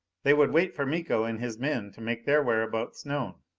they would wait for miko and his men to make their whereabouts known.